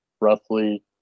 roughly